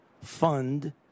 fund